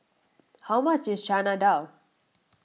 how much is Chana Dal